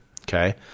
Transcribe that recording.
okay